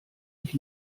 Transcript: ich